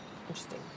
interesting